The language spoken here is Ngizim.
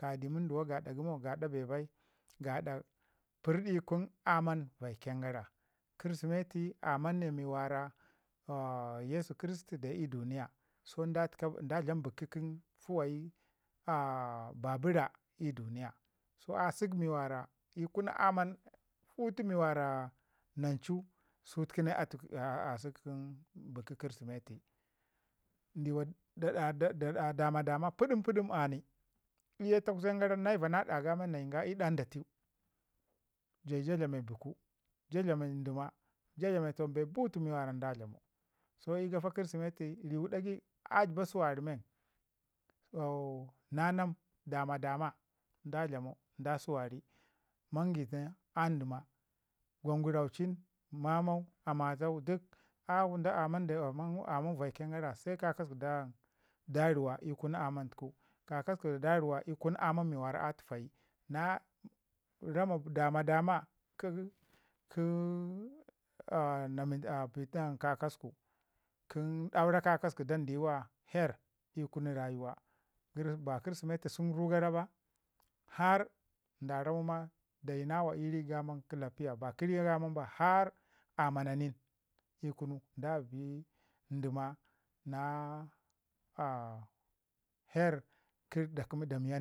Kayi di mnunduwa gaɗa gəmo gaɗa pərdai aman varken gara kirsimeti aman ne mi wara, yesu kiristi deu ii duniya so, da dlam biki fuyi ba ci raa ii duniya. So asək mi a kunu aman putu mi nancu sutuku ne atu biki kə kirsimeti ndiwa da da dama pəɗim pəɗim a ni. Ii ye takwsen garan na bəza nd ɗa ga nayi ga i ɗa nda teu, jayi ja dlame tawan bee putu mi nda dlamau so gafa kirsimeti riwa ɗagai a jiba suwari men, o nanam dama dama da dlaman da suwari mangina a dəma gwanguraucin mamau amatau duk aman vaiken gara se kakasəku dan dariwa ii kun amantuku kakasəku dari wa ii kun aman mi a tu fayi na rama dama dama "kən ke a" kakasəku kə duuru kakasəku dan diwa herr ii kunu rayuwa. Ba kirsimeti rugara ba, har da ramau ma dayi nawa ii ri aman kəlapiya ba kə ri aman ba har amana nin. Ii kunu da bi ndəma na herr miya ndiwa